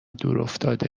دورافتاده